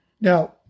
Now